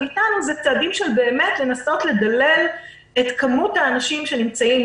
איתנו הם לנסות לדלל את כמות האנשים שנמצאים,